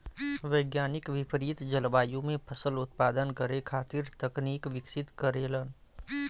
वैज्ञानिक विपरित जलवायु में फसल उत्पादन करे खातिर तकनीक विकसित करेलन